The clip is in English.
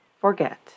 forget